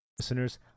Listeners